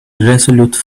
irresolute